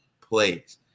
plays